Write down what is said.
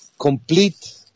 complete